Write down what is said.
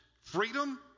freedom